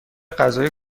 غذای